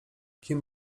kim